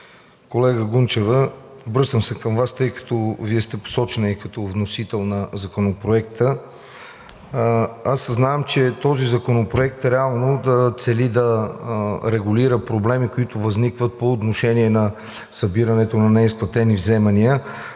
Колега Гунчева, обръщам се към Вас, тъй като Вие сте посочена като вносител на Законопроекта. Съзнавам, че този законопроект цели да регулира проблеми, които възникват по отношение на събирането на неизплатени вземания,